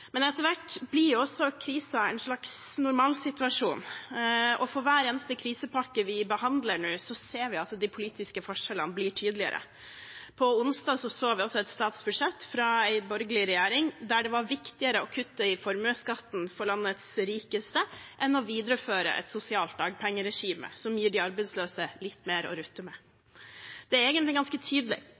Men etter hvert blir også krisen en slags normalsituasjon, og for hver eneste krisepakke vi behandler nå, ser vi at de politiske forskjellene blir tydeligere. På onsdag så vi et statsbudsjett fra en borgerlig regjering der det var viktigere å kutte i formuesskatten for landets rikeste, enn å videreføre et sosialt dagpengeregime som gir de arbeidsløse litt mer å rutte med. Det er egentlig ganske tydelig